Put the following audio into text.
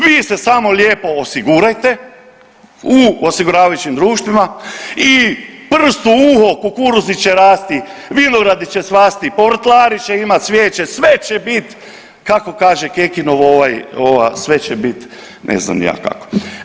Vi se samo lijepo osigurajte u osiguravajućim društvima i prst u uho, kukuruzi će rasti, vinogradi će cvasti, povrtlari će imati svijeće, sve će biti kako kaže Kekinova ova sve će bit, ne znam ni ja kako.